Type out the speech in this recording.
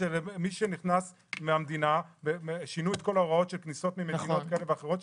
שינו את כל ההוראות של כניסות ממדינות כאלה ואחרות,